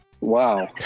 Wow